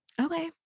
Okay